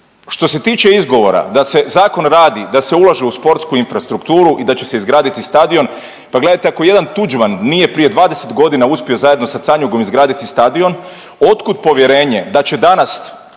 Što se tiče izgovora da se Zakon radi da se ulaže u sportsku infrastrukturu i da će se izgraditi stadion, pa gledajte, ako jedan Tuđman nije prije 20 godina zajedno sa Canjugom izgraditi stadion, od kud povjerenje da će danas